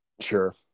sure